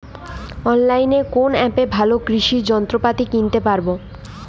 অনলাইনের কোন অ্যাপে ভালো কৃষির যন্ত্রপাতি কিনতে পারবো?